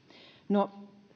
no